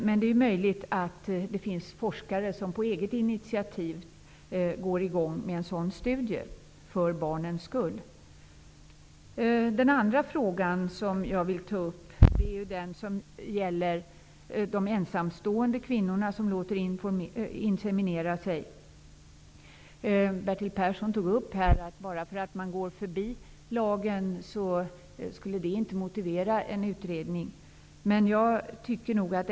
Men det är möjligt att det finns forskare som för barnens skull på eget initiativ går i gång med en sådan studie. En annan fråga som jag vill ta upp gäller de ensamstående kvinnorna som låter inseminera sig. Bertil Persson tog här upp att en utredning inte kan motiveras av att man går förbi lagen.